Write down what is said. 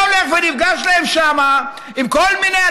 ואתה הולך ונפגש לך שם עם כל מיני,